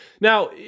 Now